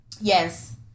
Yes